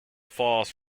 falls